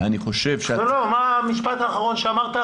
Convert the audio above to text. מה המשפט האחרון שאמרת?